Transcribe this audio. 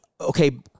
okay